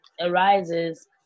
arises